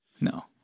No